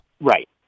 Right